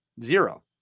zero